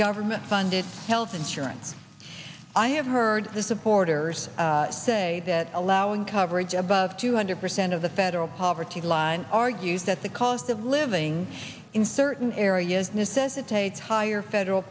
government funded health insurance i have heard the supporters say that allowing coverage above two hundred percent of the federal poverty line argues that the cost of living in certain areas necessitates higher federal